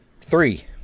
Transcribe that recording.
Three